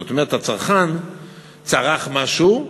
זאת אומרת, הצרכן צריך משהו,